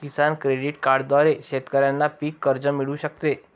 किसान credit कार्डद्वारे शेतकऱ्यांना पीक कर्ज मिळू शकते